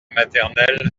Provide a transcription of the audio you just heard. maternelle